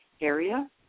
Area